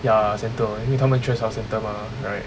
ya centre 因为他们缺少 centre mah right